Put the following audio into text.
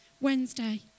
Wednesday